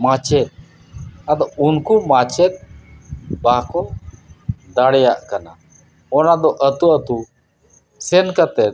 ᱢᱟᱪᱮᱫ ᱟᱫᱚ ᱩᱱᱠᱩ ᱢᱟᱪᱮᱫ ᱵᱟᱠᱚ ᱫᱟᱲᱮᱭᱟᱜ ᱠᱟᱱᱟ ᱚᱱᱟ ᱫᱚ ᱟᱹᱛᱩ ᱟᱹᱛᱩ ᱥᱮᱱ ᱠᱟᱛᱮᱫ